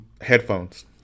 headphones